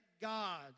God